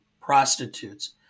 prostitutes